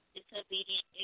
Disobedient